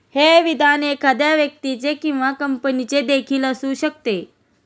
हे विधान एखाद्या व्यक्तीचे किंवा कंपनीचे देखील असू शकते